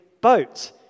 boat